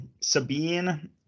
Sabine